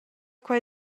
quei